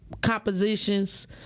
compositions